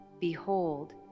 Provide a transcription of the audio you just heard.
behold